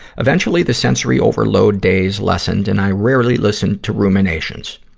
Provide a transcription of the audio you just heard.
eventually, the sensory overload days lessened, and i rarely listened to ruminations.